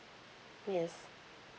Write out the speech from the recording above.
yes